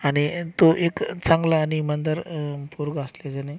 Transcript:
आणि तो एक चांगला आणि इमानदार पोरगा असल्याच्याने